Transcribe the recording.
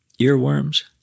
Earworms